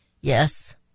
Yes